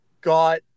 got